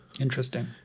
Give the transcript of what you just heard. Interesting